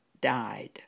died